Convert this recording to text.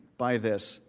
by this.